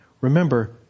remember